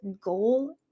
goal